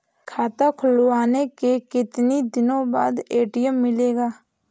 खाता खुलवाने के कितनी दिनो बाद ए.टी.एम मिलेगा?